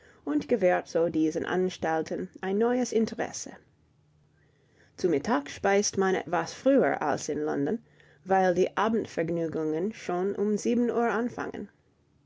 und gewährt so diesen anstalten ein neues interesse zu mittag speist man etwas früher als in london weil die abendvergnügungen schon um sieben uhr anfangen